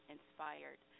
Inspired